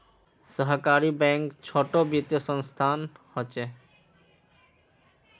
सहकारी बैंक छोटो वित्तिय संसथान होछे